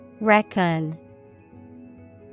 Reckon